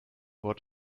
what